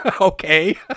Okay